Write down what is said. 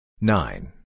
Nine